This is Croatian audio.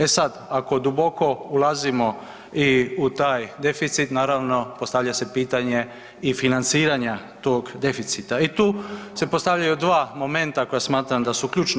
E sad, ako duboko ulazimo i u taj deficit, naravno postavlja se pitanje i financiranja tog deficita i tu se postavljaju dva momenta koja smatram da su ključna.